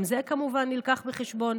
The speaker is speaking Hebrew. גם זה מובא בחשבון,